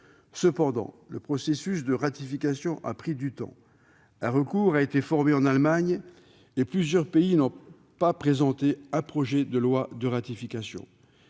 Cependant, le processus de ratification prend du temps : un recours a été formé en Allemagne, et plusieurs pays n'ont pas encore présenté d'instrument de ratification.